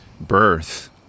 birth